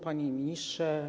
Panie Ministrze!